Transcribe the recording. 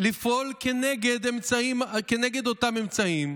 לפעול כנגד אותם אמצעים